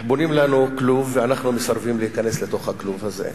בונים לנו כלוב ואנחנו מסרבים להיכנס לתוך הכלוב הזה.